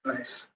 Nice